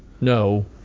no